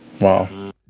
Wow